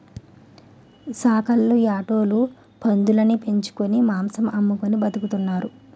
సాకల్లు యాటోలు పందులుని పెంచుకొని మాంసం అమ్ముకొని బతుకుతున్నారు